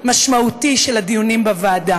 במאבק בסרבני הגט ובשינוי תפיסת העולם של הוועדה